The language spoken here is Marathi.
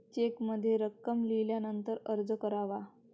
चेकमध्ये रक्कम लिहिल्यानंतरच अर्ज करावा